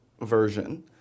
version